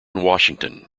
washington